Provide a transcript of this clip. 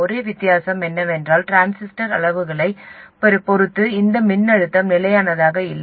ஒரே வித்தியாசம் என்னவென்றால் டிரான்சிஸ்டர் அளவுருக்களைப் பொறுத்து இந்த மின்னழுத்தம் நிலையானதாக இல்லை